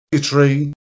tree